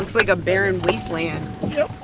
like a barren wasteland yep